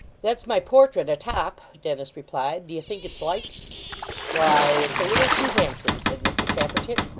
that's my portrait atop dennis replied d'ye think it's like why it's a little too handsome said mr tappertit.